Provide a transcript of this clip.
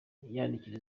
yandikira